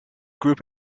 group